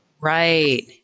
Right